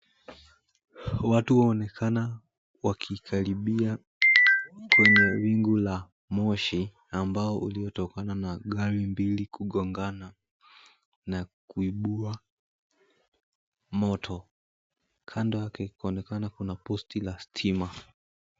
Watu waonekana waki karibia kwenye wingu la moshi ambao uliotokana na gari mbili kugongana na kuibua moto. Kando yake kunaonekana kuna posti la stima.